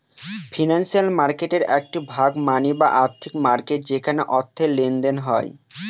financial মার্কেটের একটি ভাগ মানি বা আর্থিক মার্কেট যেখানে অর্থের লেনদেন হয়